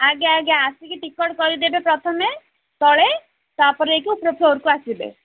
ଆଜ୍ଞା ଆଜ୍ଞା ଆସିକି ଟିକେଟ୍ କରିଦେବେ ପ୍ରଥମେ ତଳେ ତା'ପରେ ଯାଇକି ଉପରେ ଫ୍ଲୋର୍କୁ ଆସିବେ